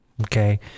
okay